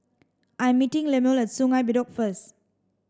I'm meeting Lemuel at Sungei Bedok first